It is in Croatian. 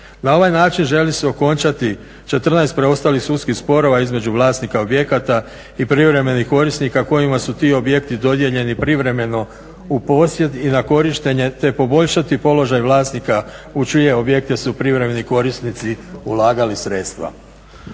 Na ovaj način želi se okončati 14 preostalih sudskih sporova između vlasnika objekata i privremenih korisnika kojima su ti objekti dodijeljeni privremeno u posjed i na korištenje te poboljšati položaj vlasnika u čije objekte su privremeni korisnici ulagali sredstva.